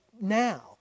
now